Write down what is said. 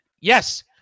Yes